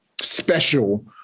special